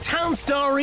Townstar